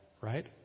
right